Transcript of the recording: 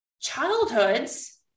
childhoods